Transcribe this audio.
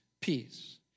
peace